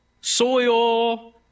soil